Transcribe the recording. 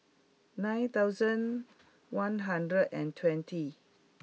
nine thousand one hundred and twenty